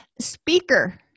Speaker